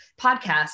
podcast